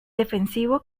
defensivo